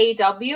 aw